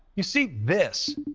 you see this.